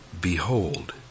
Behold